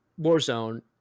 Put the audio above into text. Warzone